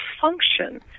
function